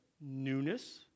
Newness